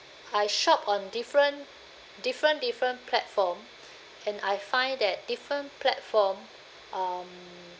I shop on different different different platform and I find that different platform um